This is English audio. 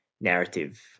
narrative